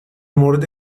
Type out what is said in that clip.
مورد